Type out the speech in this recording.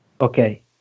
Okay